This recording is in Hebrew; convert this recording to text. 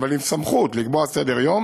אבל עם סמכות לקבוע סדר-יום